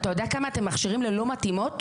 אתה יודע כמה אתם מכשירים ללא מתאימות,